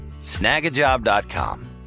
Snagajob.com